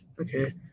Okay